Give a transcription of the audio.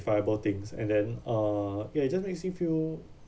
viable things and then uh ya it just makes me feel